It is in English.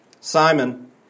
simon